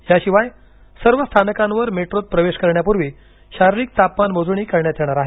याशिवाय सर्व स्थानकांवर मेट्रोत प्रवेश करण्यापूर्वी शारीरिक तापमान मोजणी करण्यात येणार आहे